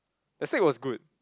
the steak was good